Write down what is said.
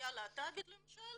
באוכלוסייה הלהט"בית, למשל,